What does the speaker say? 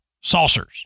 saucers